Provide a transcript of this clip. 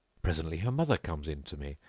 presently her mother comes in to me,